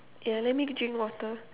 yeah let me drink water